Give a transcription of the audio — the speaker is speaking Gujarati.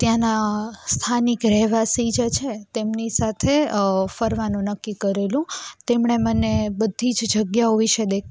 ત્યાંના સ્થાનિક રહેવાસી જે છે તેમની સાથે ફરવાનું નક્કી કરેલું તેમણે મને બધી જ જગ્યાઓ વિષે